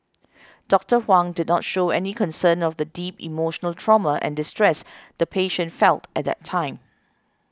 Doctor Huang did not show any concern of the deep emotional trauma and distress the patient felt at that time